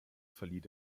verlieh